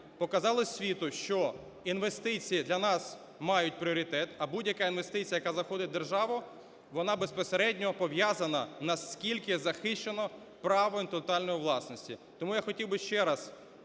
показали світу, що інвестиції для нас мають пріоритет, а будь-яка інвестиція, яка заходить в державу, вона безпосередньо пов'язана, наскільки захищено право інтелектуальної власності. Тому я хотів би ще раз